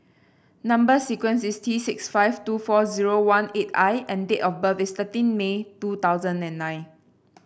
number sequence is T six five two four zero one eight I and date of birth is thirteen May two thousand and nine